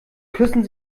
küssen